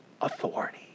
authority